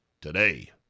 today